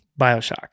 Bioshock